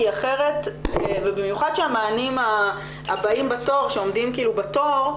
ובמיוחד שהמענים הבאים שעומדים בתור,